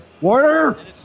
Warner